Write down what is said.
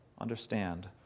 understand